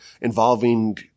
involving